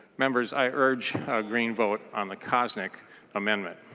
members i urge a green vote on the koznick amendment.